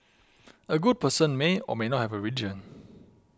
a good person may or may not have a religion